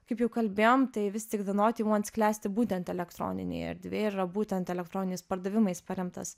kaip jau kalbėjom tai vis tik de noti uans klęsti būtent elektroninėj erdvėj yra būtent elektroniniais pardavimais paremtas